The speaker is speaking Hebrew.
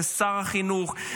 זה שר החינוך.